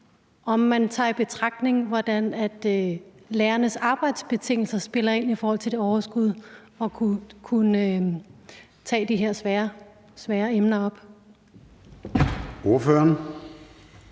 om man tager i betragtning, hvordan lærernes arbejdsbetingelser spiller ind i forhold til at have overskuddet til at tage de her svære emner op. Kl.